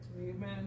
Amen